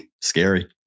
Scary